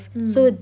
mm